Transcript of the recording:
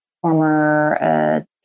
former